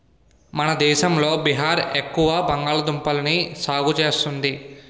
మన దేశంలో బీహార్ ఎక్కువ బంగాళదుంపల్ని సాగు చేస్తుంది